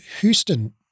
Houston